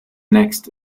next